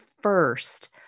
first